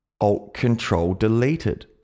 Alt-Control-Deleted